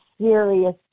serious